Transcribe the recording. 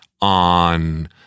on